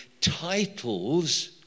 titles